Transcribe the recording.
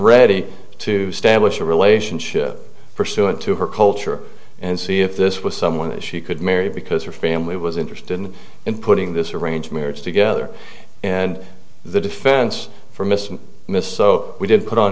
a relationship pursuant to her culture and see if this was someone that she could marry because her family was interested in putting this arranged marriage together and the defense for mr and mrs so we didn't put on